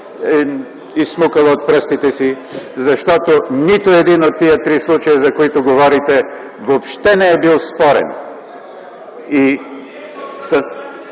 изсмукала от пръстите си, защото нито един от тези три случая, за които говорите, въобще не е бил спорен